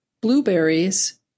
blueberries